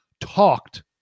talked